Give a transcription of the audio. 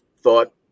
thought